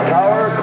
Tower